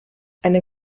eine